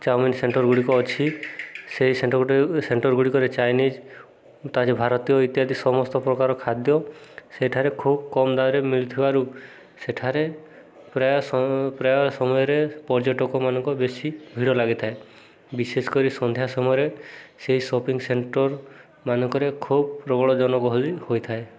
chowmein centre ଗୁଡ଼ିକ ଅଛି ସେଇ ସେଣ୍ଟରଗୁଡ଼ିକରେ ସେଣ୍ଟର ଗୁଡ଼ିକରେ ଚାଇନିଜ୍ ଭାରତୀୟ ଇତ୍ୟାଦି ସମସ୍ତ ପ୍ରକାର ଖାଦ୍ୟ ସେଠାରେ ଖୁବ କମ ଦାମରେ ମିିଳୁଥିବାରୁ ସେଠାରେ ପ୍ରାୟ ପ୍ରାୟ ସମୟରେ ପର୍ଯ୍ୟଟକମାନଙ୍କ ବେଶୀ ଭିଡ଼ ଲାଗିଥାଏ ବିଶେଷ କରି ସନ୍ଧ୍ୟା ସମୟରେ ସେଇ ସପିଂ ସେଣ୍ଟର ମାନଙ୍କରେ ଖୁବ୍ ପ୍ରବଳ ଜନଗହଳି ହୋଇଥାଏ